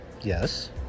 Yes